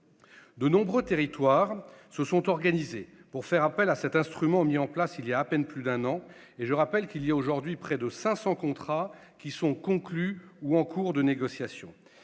De nombreux territoires se sont organisés pour faire appel à cet instrument, mis en place voilà à peine plus d'un an. Je le rappelle, près de 500 contrats sont conclus ou en cours de négociation